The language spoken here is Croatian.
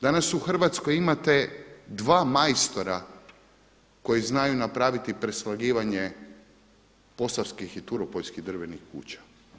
Danas u Hrvatskoj imate dva majstora koji znaju napraviti preslagivanje posavskih i turopoljskih drvenih kuća.